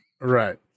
Right